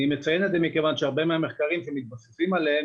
אני מציין את זה מכיוון שהרבה מהמחקרים שמתבססים עליהם,